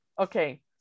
Okay